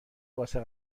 واسه